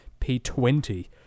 P20